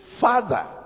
Father